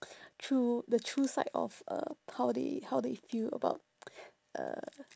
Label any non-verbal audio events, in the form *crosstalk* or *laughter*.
true the true side of uh how they how they feel about *noise* uh